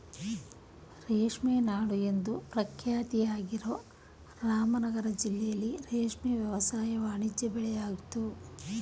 ರೇಷ್ಮೆ ನಾಡು ಎಂದು ಪ್ರಖ್ಯಾತಿಯಾಗಿರೋ ರಾಮನಗರ ಜಿಲ್ಲೆಲಿ ರೇಷ್ಮೆ ವ್ಯವಸಾಯ ವಾಣಿಜ್ಯ ಬೆಳೆಯಾಗಯ್ತೆ